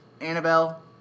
Annabelle